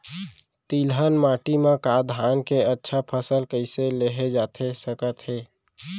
तिलहन माटी मा धान के अच्छा फसल कइसे लेहे जाथे सकत हे?